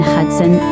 Hudson